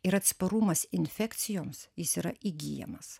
ir atsparumas infekcijoms jis yra įgyjamas